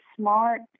smart